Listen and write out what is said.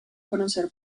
conocer